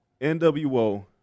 NWO